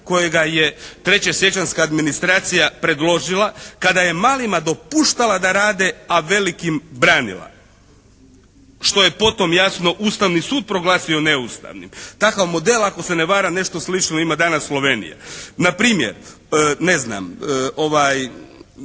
kojega je trećesjećanjska administracija predložila kada je malima dopuštala da rade a velikima branila. Što je potom jasno Ustavni sud proglasio neustavnim. Takav model ako se ne varam nešto slično ima danas Slovenija. Na primjer ne znam ovi